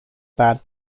bad